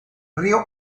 río